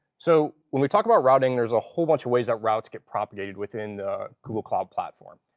so when we talk about routing, there's a whole bunch of ways that routes get propagated within the google cloud platform.